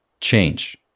change